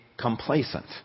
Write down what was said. complacent